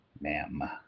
Ma'am